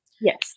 Yes